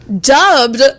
dubbed